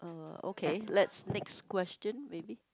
uh okay let's next question maybe